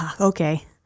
Okay